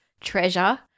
treasure